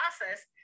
process